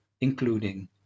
including